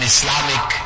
Islamic